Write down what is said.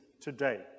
today